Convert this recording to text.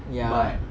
ya